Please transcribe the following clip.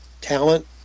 talent